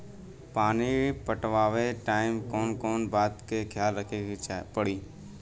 पानी पटावे टाइम कौन कौन बात के ख्याल रखे के पड़ी?